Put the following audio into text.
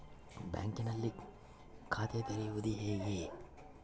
ಬ್ಯಾಂಕಿನಲ್ಲಿ ಖಾತೆ ತೆರೆಯುವುದು ಹೇಗೆ?